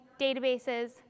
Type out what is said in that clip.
databases